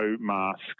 masks